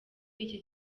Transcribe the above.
iki